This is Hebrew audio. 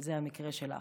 זה המקרה שלך.